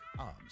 arms